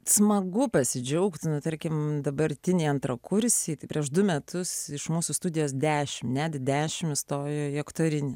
smagu pasidžiaugti na tarkim dabartiniai antrakursiai prieš du metus iš mūsų studijos dešimt net dešimt įstojo į aktorinį